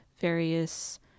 various